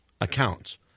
accounts